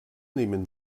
nehmen